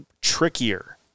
trickier